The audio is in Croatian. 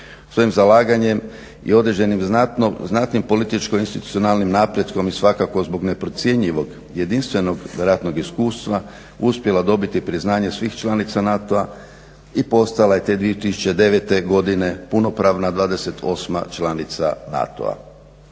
svojim zalaganjem i određenim znatnim političkim institucionalnim napretkom i svakako zbog neprocjenjivog jedinstvenog ratnog iskustva uspjela dobiti priznanje svih članica NATO-a i postala je te 2009. godine punopravna 28 članica NATO-a.